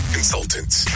Consultants